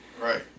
Right